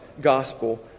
Gospel